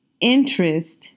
interest